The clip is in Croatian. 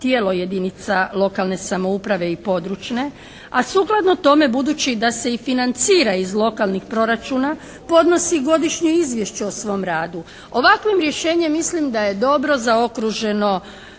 tijelo jedinica lokalne samouprave i područne, a sukladno tome budući da se i financira iz lokalnih proračuna podnosi godišnje izvješće o svom radu. Ovakvim rješenjem mislim da je dobro zaokruženo